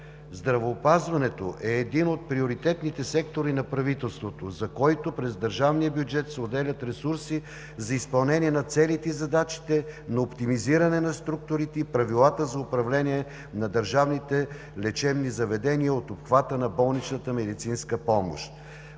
Здравеопазването е един от приоритетните сектори на правителството, за който през държавния бюджет се отделят ресурси за изпълнение на целите и задачите за оптимизиране на структурите и правилата за управление на държавните лечебни заведения от обхвата на болничната медицинска помощ.